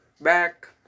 back